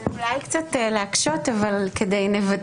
זה אולי כדי להקשות אבל לוודא.